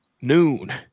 noon